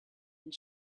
and